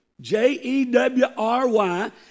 J-E-W-R-Y